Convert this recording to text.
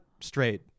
straight